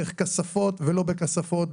דרך כספות ולא בכספות,